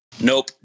Nope